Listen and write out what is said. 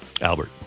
Albert